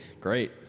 Great